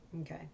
Okay